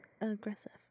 aggressive